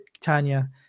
Tanya